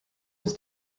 was